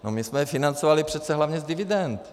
No my jsme je financovali přece hlavně z dividend, ne?